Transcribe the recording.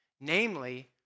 namely